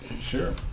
Sure